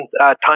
time